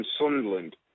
Sunderland